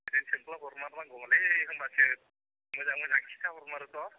बिदिनो सोंफ्ला हरमारनांगौगोनलै होनबासो मोजां मोजां खिन्थाहरमारोथ'